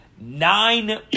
nine